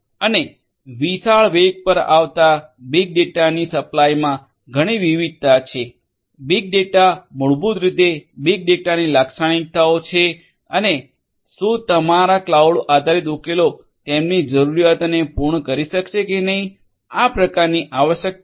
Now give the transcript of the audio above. અને વિશાળ વેગ પર આવતા બીગ ડેટાની સપ્લાયમાં ઘણી વિવિધતા છે બીગ ડેટા મૂળભૂત રીતે બીગ ડેટાની લાક્ષણિકતાઓ છે અને શું તમારા ક્લાઉડ આધારિત ઉકેલો તેમની જરૂરિયાતોને પૂર્ણ કરી શકશે કે નહીં આ પ્રકારની આવશ્યકતાઓને